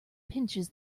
pinches